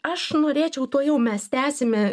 aš norėčiau tuojau mes tęsime